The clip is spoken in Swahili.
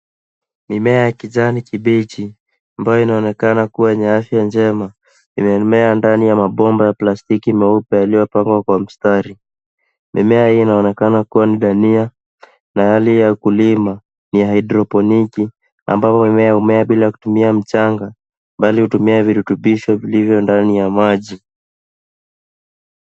Mimea ya kijani kibichi ambayo inaonekana kuwa yenye afya njema imemea ndani ya mabomba ya plastiki meupe yaliyopangwa kwa mstari . Mimea hii inaonekana kuwa ni dania na hali ya ukulima ni ya haidroponiki ambapo mimea humea bila kutumia mchanga bali hutumia virutubisho vilivyo ndani ya maji.